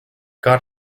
got